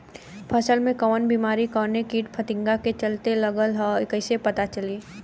फसल में कवन बेमारी कवने कीट फतिंगा के चलते लगल ह कइसे पता चली?